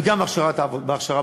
גם על הכשרה בעבודה,